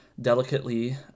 delicately